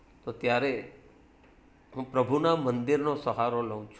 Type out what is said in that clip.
તો ત્યારે હું પ્રભુના મંદિરનો સહારો લઉં છું